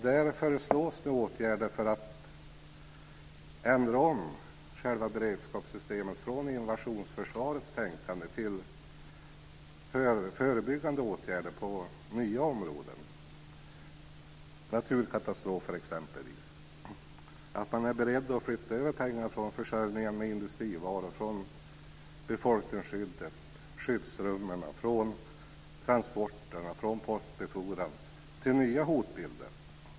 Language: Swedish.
Där föreslås åtgärder för att ändra om beredskapssystemet från invationsförsvar till förebyggande åtgärder på nya områden, t.ex. naturkatastrofer. Det handlar om att vara beredd på att flytta över pengar från försörjningen av industrivaror, befolkningsskyddet, skyddsrummen, transporter och postbefordran till nya hotbilder.